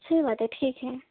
صحیح بات ہے ٹھیک ہے